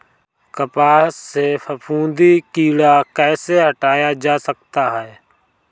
कपास से फफूंदी कीड़ा कैसे हटाया जा सकता है?